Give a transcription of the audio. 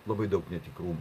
labai daug netikrumo